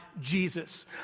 Jesus